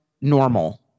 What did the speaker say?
normal